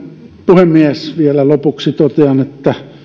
puhemies vielä lopuksi totean että